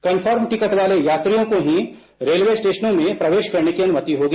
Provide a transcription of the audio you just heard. confirm ticket वाले यात्रियों को ही रेलवे स्टेशनों पर प्रवेश करने की अनुमति होगी